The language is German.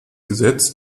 gesetz